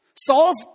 Saul's